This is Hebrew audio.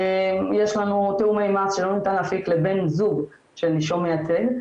יש לנו תיאומי מס שלא ניתן להפיק לבן זוג של נישום מייצג,